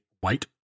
white